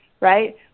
right